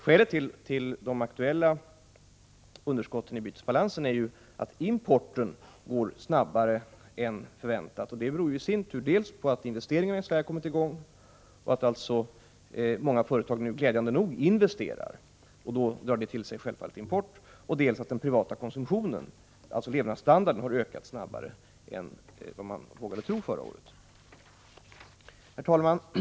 Skälet till de aktuella underskotten i bytesbalansen är att importen ökar snabbare än väntat, vilket i sin tur beror dels på att investeringarna i Sverige har kommit i gång — många företag investerar nu, glädjande nog, och det drar självfallet till sig import —, dels på att den privata konsumtionen, dvs. levnadsstandarden, har ökat snabbare än vi vågade tro förra året. Herr talman!